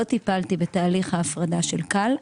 לא טיפלתי בתהליך ההפרדה של כאל.